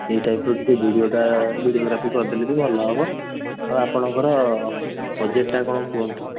ସେହି ଟାଇପର ଟିକିଏ ଭିଡ଼ିଓଟା ଭିଡ଼ିଓଗ୍ରାଫି କରିଦେଲେ ବି ଭଲ ହେବ ଓ ଆପଣଙ୍କର ବଜେଟଟା କ'ଣ କୁହନ୍ତୁ